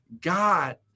God